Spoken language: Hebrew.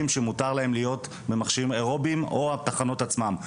שמותר להם להיות במכשירים אירוביים או התחנות עצמן.